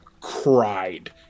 cried